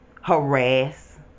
Harass